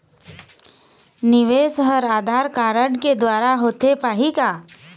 निवेश हर आधार कारड के द्वारा होथे पाही का?